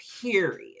period